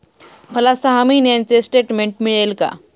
मला सहा महिन्यांचे स्टेटमेंट मिळेल का?